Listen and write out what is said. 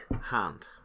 hand